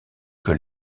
que